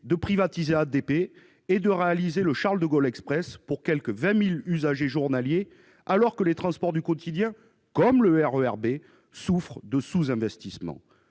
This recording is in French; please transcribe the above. de privatiser ADP et de réaliser le Charles-de-Gaulle Express pour quelque 20 000 usagers journaliers, alors que les transports du quotidien, comme le RER B, souffrent de sous-investissement.